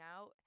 out